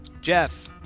Jeff